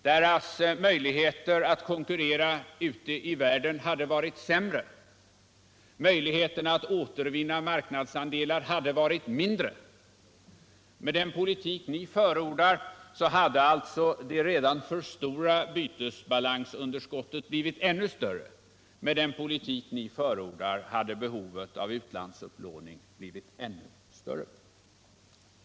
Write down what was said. Deras öjligheter att konkurrera ute i världen hade varit sämre, och deras möjligheter att återvinna marknadsandelar hade varit mindre. Med den politik ni förordar hade alltså det redan nu för stora bytesbalansunderskottet blivit ännu större, och behovet av utlandsupplåning hade varit ännu starkare.